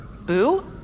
Boo